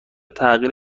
تغییر